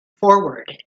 forward